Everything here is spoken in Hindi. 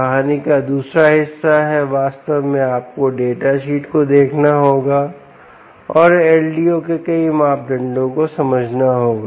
कहानी का दूसरा हिस्सा है वास्तव में आपको डेटा शीट को देखना होगा और LDO के कई मापदंडों को समझना होगा